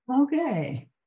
Okay